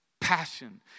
passion